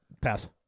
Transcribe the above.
Pass